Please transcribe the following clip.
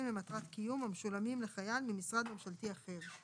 למטרת קיום המשולמים לחייל ממשרד ממשלתי אחר".